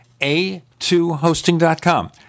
A2Hosting.com